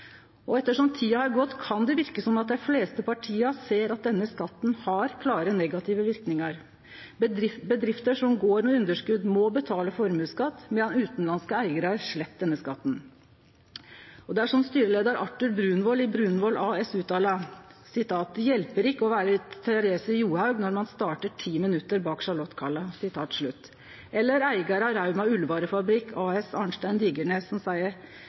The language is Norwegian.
Etter som tida har gått, kan det verke som om dei fleste partia ser at denne skatten har klart negative verknader. Bedrifter som går med underskot, må betale formuesskatt, medan utanlandske eigarar slepp denne skatten. Det er som styreleiar Arthur Brunvoll i Brunvoll AS uttala: Det hjelper ikkje å vere Therese Johaug når ein startar 10 minutt etter Charlotte Kalla. – Eller som eigar av Rauma Ullvarefabrikk A/S, Arnstein Digernes, seier: Det er eit paradoks at opptent kapital som